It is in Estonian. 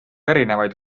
erinevaid